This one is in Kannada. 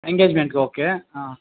ಎಂಗೇಜ್ಮೆಂಟ್ಗೆ ಓಕೆ ಹಾಂ